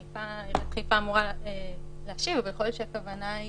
חיפה אמורה להשיב היא